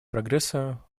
прогресса